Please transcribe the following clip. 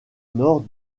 nord